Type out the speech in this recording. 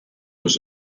was